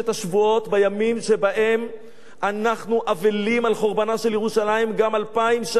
בימים שבהם אנחנו אבלים על חורבנה של ירושלים גם אלפיים שנים אחרי,